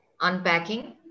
unpacking